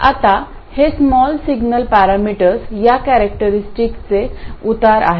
आता हे small signal parameters या कॅरेक्टरस्टिकचे उतार आहेत